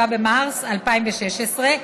7 במרס 2016,